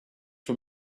for